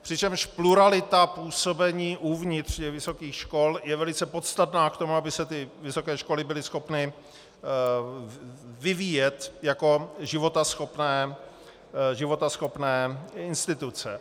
Přičemž pluralita působení uvnitř vysokých škol je velice podstatná k tomu, aby se vysoké školy byly schopny vyvíjet jako životaschopné instituce.